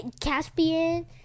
Caspian